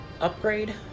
upgrade